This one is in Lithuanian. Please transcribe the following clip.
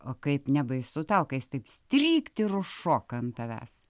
o kaip nebaisu tau kai jis taip strykt ir užšoka ant tavęs